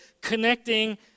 connecting